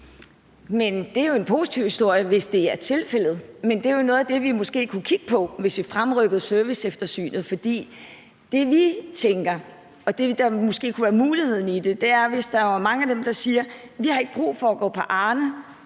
det er jo en positiv historie, hvis det er tilfældet. Men det er jo noget af det, vi måske kunne kigge på, hvis vi fremrykkede serviceeftersynet. For det, vi tænker, og det, der måske kunne være muligheder i, er, at hvis der er mange, der siger, at de ikke har brug for at gå på